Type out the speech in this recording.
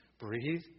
Breathe